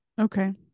okay